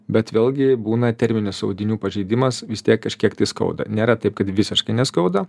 bet vėlgi būna terminis audinių pažeidimas vis tiek kažkiek tai skauda nėra taip kad visiškai neskauda